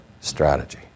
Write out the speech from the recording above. strategy